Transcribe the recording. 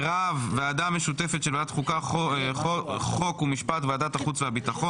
ועדה משותפת של ועדת החוקה, חוק ומשפט, ועדת הפנים